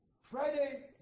Friday